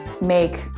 make